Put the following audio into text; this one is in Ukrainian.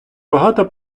багато